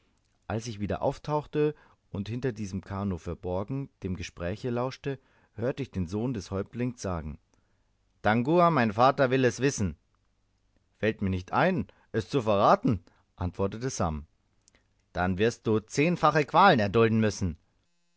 als ich wieder auftauchte und hinter diesem kanoe verborgen dem gespräche lauschte hörte ich den sohn des häuptlings sagen tangua mein vater will es wissen fällt mir nicht ein es zu verraten antwortete sam dann wirst du zehnfache qualen erdulden müssen